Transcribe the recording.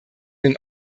den